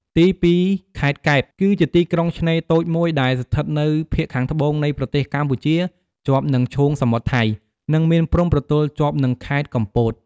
ទីពីរ ខេត្តកែប គឺជាទីក្រុងឆ្នេរតូចមួយដែលស្ថិតនៅភាគខាងត្បូងនៃប្រទេសកម្ពុជា ជាប់នឹងឈូងសមុទ្រថៃ និងមានព្រំប្រទល់ជាប់នឹងខេត្តកំពត។